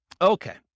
Okay